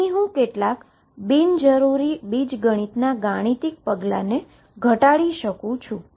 અહી હું કેટલાક બિનજરૂરી બીજગણિતના ગાણિતિક પગલાં ઘટાડી શકું છું